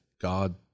God